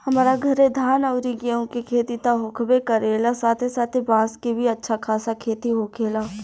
हमरा घरे धान अउरी गेंहू के खेती त होखबे करेला साथे साथे बांस के भी अच्छा खासा खेती होखेला